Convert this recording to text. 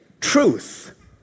Truth